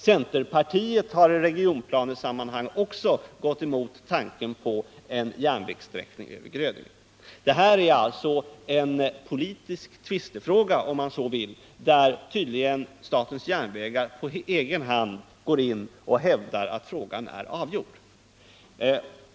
Centerpartiet har i regionplanesammanhang också gått emot tanken på en järnvägssträckning över Grödinge. Detta är alltså en politisk tvistefråga, om man så vill, där statens järnvägar tydligen på egen hand hävdar att frågan är avgjord.